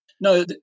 No